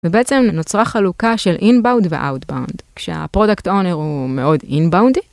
ובעצם נוצרה חלוקה של אין-באונד ואאוט-באונד, כשהפרודקט אונר הוא מאוד אין-באונדי.